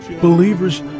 Believers